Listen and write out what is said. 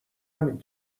همین